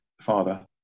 father